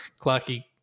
Clarky